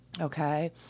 Okay